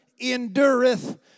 endureth